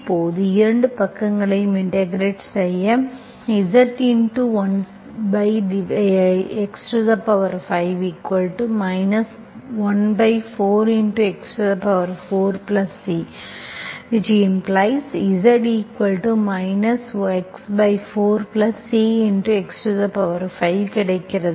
இப்போது இரு பக்கங்களையும் இன்டெகிரெட் செய்ய Z 1x5 14x4C ⇒Z x4C x5 கிடைக்கிறது